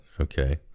okay